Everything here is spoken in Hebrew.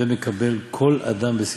והווי מקבל את כל האדם בשמחה".